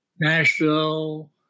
Nashville